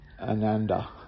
Ananda